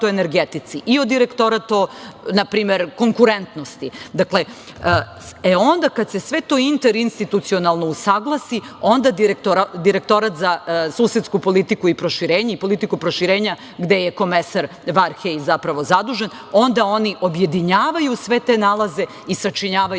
o energetici i u direktorat o, na primer, konkurentnosti. E, onda kad se sve to interinstitucionalno usaglasi onda direktor za susedsku politiku i proširenje i politiku proširenja, gde je komesar Varhej zapravo zadužen, onda oni objedinjavaju sve te nalaze i sačinjavaju